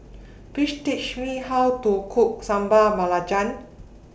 Please teach Me How to Cook Sambal Belacan